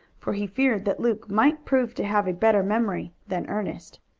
for he feared that luke might prove to have a better memory than ernest.